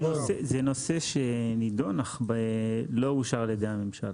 זה נושא שנידון אך לא אושר על ידי הממשלה.